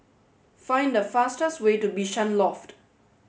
find the fastest way to Bishan Loft